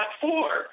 four